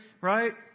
right